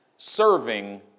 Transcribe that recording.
Serving